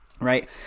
right